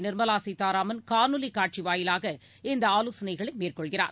நிர்மலா சீதாராமன் காணொலிக் காட்சி வாயிலாக இந்த ஆலோசனைகளை மேற்கொள்கிறார்